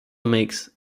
makes